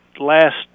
last